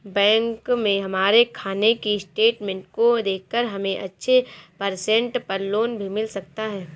bank में हमारे खाने की स्टेटमेंट को देखकर हमे अच्छे परसेंट पर लोन भी मिल सकता है